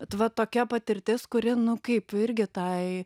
bet va tokia patirtis kuri nu kaip irgi tai